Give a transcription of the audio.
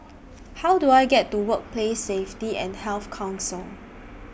How Do I get to Workplace Safety and Health Council